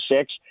six